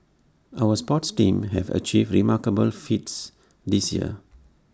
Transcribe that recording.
our sports teams have achieved remarkable feats this year